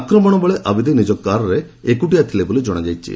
ଆକ୍ମଣ ବେଳେ ଆବିଦି ନିଜ କାରରେ ଏକ୍ଟିଆ ଥିଲେ ବୋଲି ଜଣାପଡ଼ିଛି